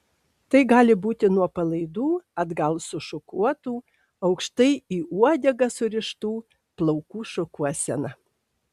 tai gali būti nuo palaidų atgal sušukuotų aukštai į uodegą surištų plaukų šukuosena